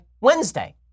Wednesday